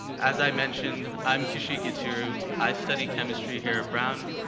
as i mentioned, i'm kaushik yeturu. i study chemistry here at brown,